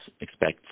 expect